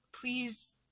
please